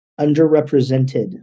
underrepresented